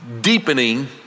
deepening